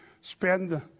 spend